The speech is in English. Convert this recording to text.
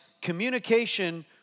communication